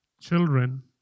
children